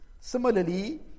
Similarly